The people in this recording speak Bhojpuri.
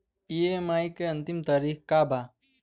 ई.एम.आई के अंतिम तारीख का बा?